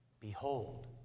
behold